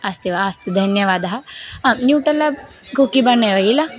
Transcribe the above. अस्ति वा अस्तु धन्यवादः आं न्यूटल्ला कुक्कि बाण्येव किल